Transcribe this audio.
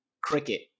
cricket